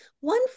One